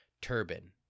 turban